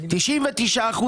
99%